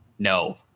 no